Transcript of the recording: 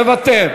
מוותר,